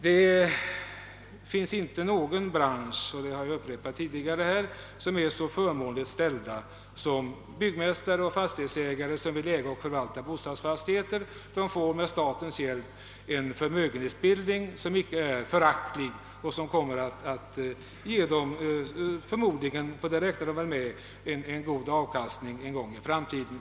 Det finns — och det har jag upprepat tidigare inte någon bransch som är så förmånligt ställd som byggmästare och fastighetsägare som äger och förvåltar bostadsfastigheter. De erhåller med statens hjälp en förmögenhetsbildning som icke är föraktlig och som förmodligen kommer att ge dem — och det räknar de väl med — en god avkastning i framtiden.